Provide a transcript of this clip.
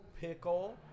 pickle